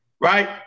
right